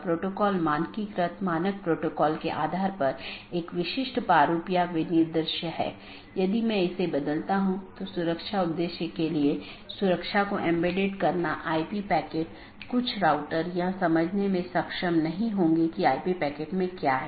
और एक autonomous system एक ही संगठन या अन्य सार्वजनिक या निजी संगठन द्वारा प्रबंधित अन्य ऑटॉनमस सिस्टम से भी कनेक्ट कर सकती है